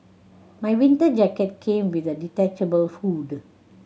my winter jacket came with a detachable hood